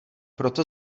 proto